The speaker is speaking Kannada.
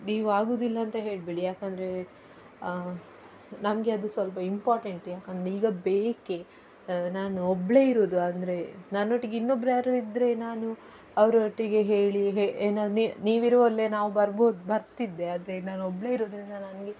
ನೀವು ಆಗೋದಿಲ್ಲ ಅಂತ ಹೇಳಬೇಡಿ ಯಾಕೆಂದ್ರೆ ನಮಗೆ ಅದು ಸ್ವಲ್ಪ ಇಂಪಾರ್ಟೆಂಟ್ ಯಾಕೆಂದ್ರೆ ಈಗ ಅದು ಬೇಕು ನಾನು ಒಬ್ಬಳೆ ಇರೋದು ಅಂದರೆ ನನ್ನೊಟ್ಟಿಗೆ ಇನ್ನೊಬ್ಬರು ಯಾರಾರು ಇದ್ದರೆ ನಾನು ಅವರೊಟ್ಟಿಗೆ ಹೇಳಿ ನೀವಿರುವಲ್ಲೆ ನಾವು ಬರ್ಬೋದು ಬರ್ತಿದ್ದೆ ಆದರೆ ನಾನು ಒಬ್ಬಳೆ ಇರೋದ್ರಿಂದ ನನಗೆ